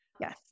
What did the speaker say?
Yes